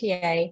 TA